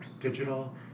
digital